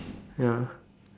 ya